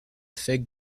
fig